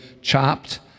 Chopped